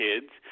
kids